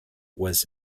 was